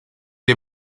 der